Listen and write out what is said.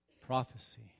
Prophecy